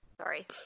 Sorry